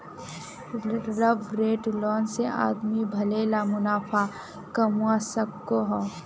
leveraged loan से आदमी भले ला मुनाफ़ा कमवा सकोहो